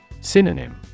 Synonym